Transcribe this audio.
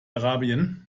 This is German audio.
arabien